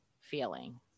feeling